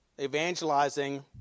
evangelizing